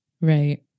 Right